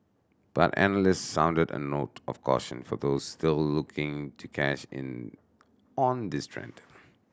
but analysts sounded a note of caution for those still looking to cash in on this trend